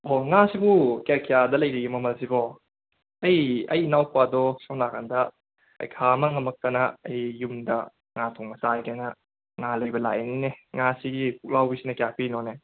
ꯑꯣ ꯉꯥꯁꯤꯕꯨ ꯀꯌꯥ ꯀꯌꯥꯗ ꯂꯩꯔꯤꯒꯦ ꯃꯃꯜꯁꯤꯕꯣ ꯑꯩ ꯑꯩ ꯏꯅꯥꯎꯄꯥꯗꯣ ꯁꯣꯝ ꯅꯥꯀꯟꯗ ꯄꯩꯈꯥ ꯑꯃ ꯉꯃꯛꯇꯅ ꯑꯩ ꯌꯨꯝꯗ ꯉꯥ ꯊꯣꯡꯕ ꯆꯥꯒꯦꯅ ꯉꯥ ꯂꯩꯕ ꯂꯥꯛꯏꯅꯤꯅꯦ ꯉꯥꯁꯤꯒꯤ ꯄꯨꯛꯂꯥꯎꯕꯤꯁꯤꯅ ꯀꯌꯥ ꯄꯤꯅꯣꯅꯦ